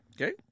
Okay